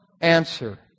answer